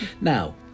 Now